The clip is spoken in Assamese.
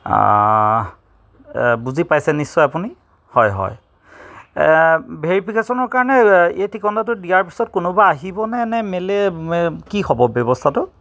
আঁ বুজি পাইছে নিশ্চয় আপুনি হয় হয় এ ভেৰিফিকেশ্যনৰ কাৰণে এই ঠিকনাটো দিয়াৰ পিছত কোনোবা আহিবনে নে মেলে মে কি হ'ব ব্যৱস্থাটো